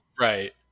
Right